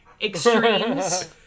extremes